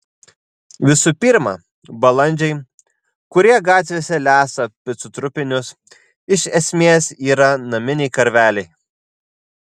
visų pirma balandžiai kurie gatvėse lesa picų trupinius iš esmės yra naminiai karveliai